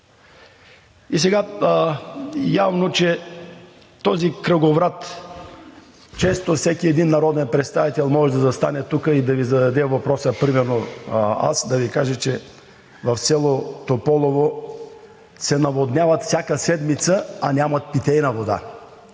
И сега явно този кръговрат – често всеки един народен представител може да застане тук и да Ви зададе въпроса примерно, а аз да Ви кажа, че в село Тополово се наводняват всяка седмица, но нямат питейна вода.